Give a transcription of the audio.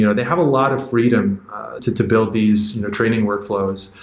you know they have a lot of freedom to to build these training workflows.